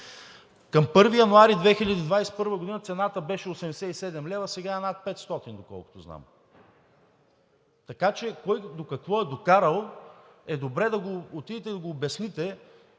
Към 1 януари 2021 г. цената беше 87 лв., сега е над 500 лв., доколкото знам, така че кой до какво е докарал, е добре да отидете да го обясните